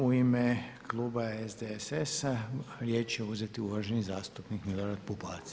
U ime kluba SDSS-a riječ će uzeti uvaženi zastupnik Milorad Pupovac.